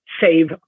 save